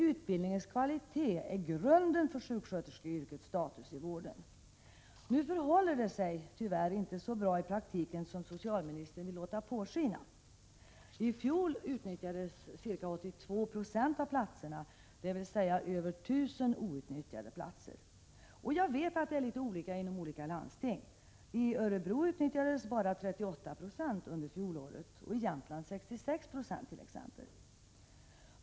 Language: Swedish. Utbildningens kvalitet är ju grunden för sjuksköterskeyrkets status i vården. Nu förhåller det sig i praktiken tyvärr inte så bra som socialministern vill låta påskina. I fjol utnyttjades 82 96 av platserna — över 1 000 platser var alltså outnyttjade. Jag vet att det är litet olika i olika landsting. I t.ex. Örebro utnyttjades under fjolåret bara 38 9o och i Jämtland 66 96.